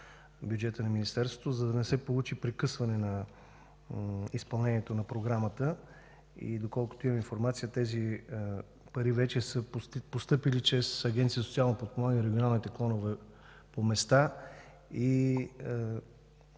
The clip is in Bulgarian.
бюджета на Министерството, за да не се получи прекъсване на изпълнението на програмата. Доколкото имам информация, тези пари вече са постъпили чрез Агенцията за социално подпомагане в регионалните клонове по места.